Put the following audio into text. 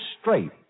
straight